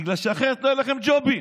בגלל שאחרת לא יהיו לכם ג'ובים.